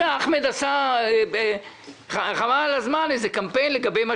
אחמד עשה קמפיין חבל על הזמן לגבי מה